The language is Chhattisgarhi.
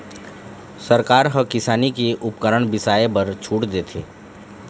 सरकार ह किसानी के उपकरन बिसाए बर छूट देथे